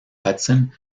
hudson